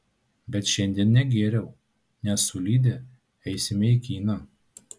bet šiandien negėriau nes su lide eisime į kiną